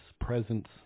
presence